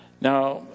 Now